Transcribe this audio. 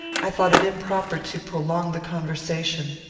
i thought it improper to prolong the conversation.